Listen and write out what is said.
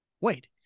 Wait